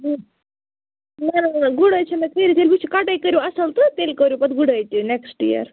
گُڈٲے چھِ مےٚ کٔرِتھ ییٚلہِ وٕچھِ کَٹٲے کٔرِ اَصٕل تہٕ تیٚلہِ کٔرِو پتہٕ گُڈٲے تہِ نٮ۪کٕسٹ یِیر